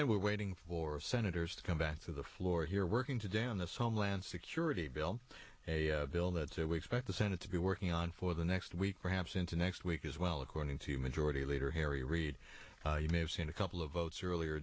and we're waiting for senators to come back to the floor here working today on this homeland security bill a bill that's it we expect the senate to be working on for the next week perhaps into next week as well according to majority leader harry reid you may have seen a couple of votes earlier